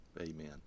Amen